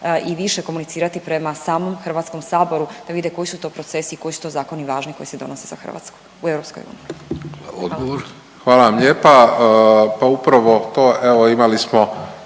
i više komunicirati prema samom Hrvatskom saboru da vide koji su to procesi, koji su to zakoni važni koji se donose za Hrvatsku u EU. **Vidović, Davorko